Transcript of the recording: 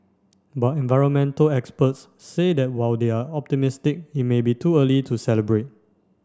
but environmental experts say that while they are optimistic it may be too early to celebrate